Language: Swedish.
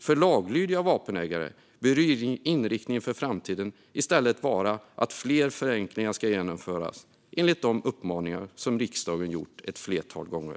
För laglydiga vapenägare bör inriktningen för framtiden i stället vara att fler förenklingar ska genomföras enligt de uppmaningar som riksdagen gjort ett flertal gånger.